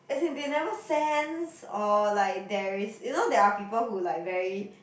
as in they never sense or like there is you know there are people who like very